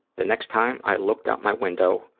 the next time i looked out my window,